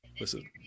Listen